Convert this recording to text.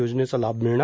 योजनेचा लाभ मिळणार